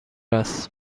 است